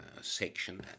section